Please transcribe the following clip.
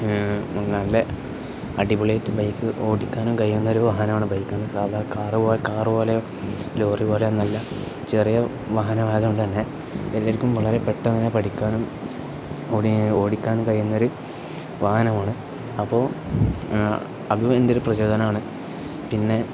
നല്ല അടിപൊളിയായിട്ട് ബൈക്ക് ഓടിക്കാനും കഴിയുന്നൊരു വാഹനമാണ് ബൈക്കന്ന് സാധാരണ കാറ് പോലെ കാറ് പോലെയോ ലോറി പോലെയൊന്നും അല്ല ചെറിയ വാഹനമായത് കൊണ്ട് തന്നെ എല്ലാവർക്കും വളരെ പെട്ടെന്ന് തന്നെ പഠിക്കാനും ഓടിക്കുക ഓടിക്കാനും കഴിയുന്നൊരു വാഹനമാണ് അപ്പോൾ അതും എന്റെ ഒരു പ്രചോദനമാണ് പിന്നെ